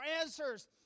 answers